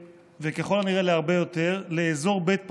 וככל הנראה להרבה יותר, לאזור בית פנורמה,